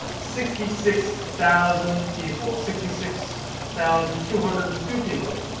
sixty six thousand people. sixty six thousand two hundred and two people